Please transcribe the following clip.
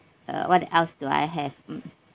uh what else do I have mm